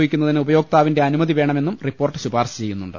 യോഗിക്കുന്നതിന് ഉപയോക്താവിന്റെ അന്നുമതി വേണമെന്നും റിപ്പോർട്ട് ശുപാർശ ചെയ്യുന്നുണ്ട്